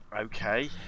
Okay